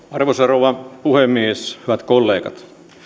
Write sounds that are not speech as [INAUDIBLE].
[UNINTELLIGIBLE] arvoisa rouva puhemies hyvät kollegat